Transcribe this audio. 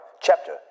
chapter